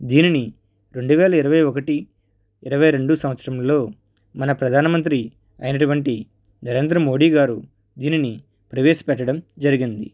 దీనిని రెండువేల ఇరవై ఒకటి ఇరవై రెండు సంవత్సరంలో మన ప్రధానమంత్రి అయినటువంటి నరేంద్ర మోడి గారు దీనిని ప్రవేశపెట్టడం జరిగింది